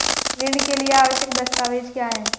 ऋण के लिए आवश्यक दस्तावेज क्या हैं?